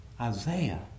Isaiah